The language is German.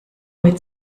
mit